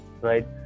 right